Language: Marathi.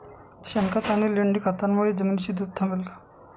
शेणखत आणि लेंडी खतांमुळे जमिनीची धूप थांबेल का?